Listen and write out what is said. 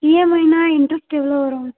இஎம்ஐனால் interest எவ்வளோ வரும்